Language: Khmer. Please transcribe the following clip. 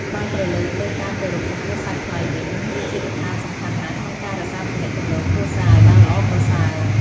បើក្រលែកមើលការគោរពចំពោះសាច់ថ្លៃវិញ វាជាកត្តាសំខាន់ណាស់ក្នុងការរក្សាទំនាក់ទំនងគ្រួសារឲ្យបានល្អប្រសើរ។